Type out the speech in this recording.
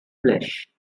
flesh